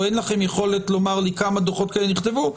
או אין לכם יכולת לומר לי כמה דוחות כאלה נכתבו,